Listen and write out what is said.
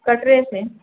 कटरे से